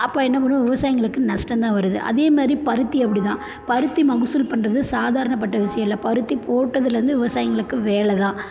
அப்போது என்ன பண்ணும் விவசாயிங்களுக்கு நஷ்டம் தான் வருது அதேமாதிரி பருத்தி அப்படிதான் பருத்தி மகசூல் பண்ணுறது சாதாரணப்பட்ட விஷயம் இல்லை பருத்தி போட்டதிலேருந்து விவசாயிங்களுக்கு வேலை தான்